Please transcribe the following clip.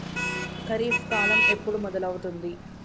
ఖరీఫ్ కాలం ఎప్పుడు మొదలవుతుంది?